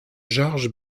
georges